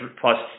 plus